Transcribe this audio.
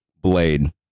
blade